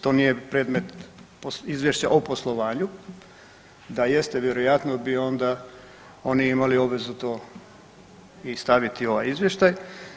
To nije predmet izvješća o poslovanju, da jeste vjerojatno bi onda oni imali obvezu to i staviti u ovaj izvještaj.